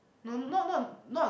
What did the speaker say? no not not not